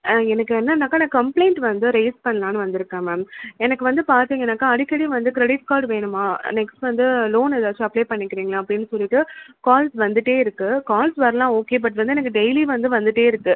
ஆ எனக்கு என்னென்னாக்க நான் கம்ப்ளைண்ட் வந்து ரெய்ஸ் பண்ணலாம்னு வந்திருக்கேன் மேம் எனக்கு வந்து பாத்திங்கன்னாக்க அடிக்கடி வந்து க்ரெடிட் கார்ட் வேணுமா நெக்ஸ்ட் வந்து லோன்னு ஏதாச்சும் அப்ளே பண்ணிக்கிறிங்களா அப்படின்னு சொல்லிவிட்டு கால்ஸ் வந்துகிட்டே இருக்கு கால்ஸ் வரலாம் ஓகே பட் வந்து எனக்கு டெய்லி வந்து வந்துகிட்டே இருக்குது